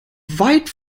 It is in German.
weit